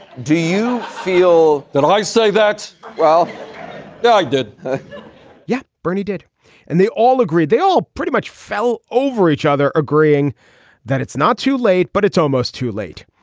do you feel that i say that. well yeah i did yeah bernie did and they all agree. they all pretty much fell over each other agreeing that it's not too late but it's almost too late.